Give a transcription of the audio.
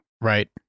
Right